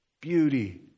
beauty